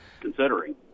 considering